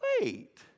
wait